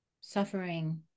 suffering